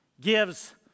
gives